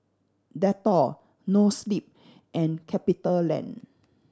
Dettol Noa Sleep and CapitaLand